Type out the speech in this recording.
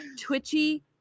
Twitchy